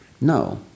No